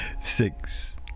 Six